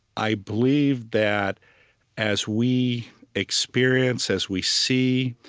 i believe that as we experience, as we see,